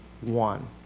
one